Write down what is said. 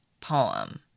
poem